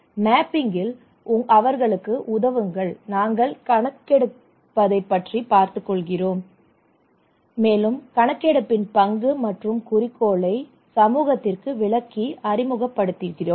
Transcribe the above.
மேப்பிங்கில் அவர்களுக்கு உதவுங்கள் நாங்கள் கணக்கெடுப்பாளர்களாகவும் பணியாற்றுகிறோம் மேலும் கணக்கெடுப்பின் பங்கு மற்றும் குறிக்கோளை சமூகத்திற்கு விளக்கி அறிமுகப்படுத்துகிறோம்